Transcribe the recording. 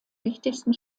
wichtigsten